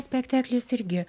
spektaklis irgi